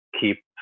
keep